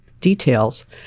details